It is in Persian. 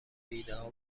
ایدهها